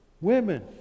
Women